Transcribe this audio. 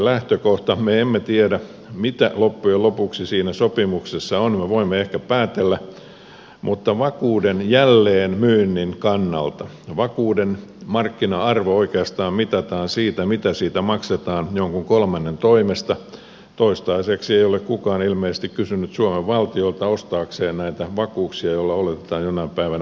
me emme tiedä mitä loppujen lopuksi siinä sopimuksessa on me voimme ehkä päätellä mutta vakuuden jälleenmyynnin kannalta vakuuden markkina arvo oikeastaan mitataan sillä mitä siitä maksetaan jonkun kolmannen toimesta toistaiseksi ilmeisesti kukaan ei ole kysynyt suomen valtiolta ostaakseen näitä vakuuksia joilla oletetaan jonain päivänä olevan merkittävä arvo